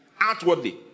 Outwardly